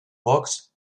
box